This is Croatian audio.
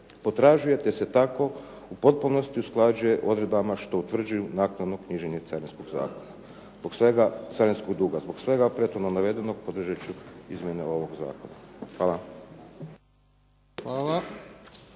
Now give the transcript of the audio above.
potražuje te se tako u potpunosti usklađuje s odredbama što utvrđuju naknadno knjiženje carinskog duga. Zbog svega prethodno navedenog podržat ću izmjene ovog zakona. Hvala.